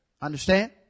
Understand